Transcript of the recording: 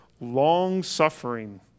long-suffering